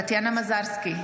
אינו נוכח טטיאנה מזרסקי,